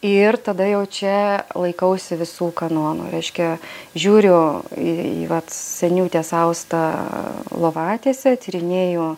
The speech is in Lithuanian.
ir tada jau čia laikausi visų kanonų reiškia žiūriu į į vat seniūtės austą lovatiesę tyrinėju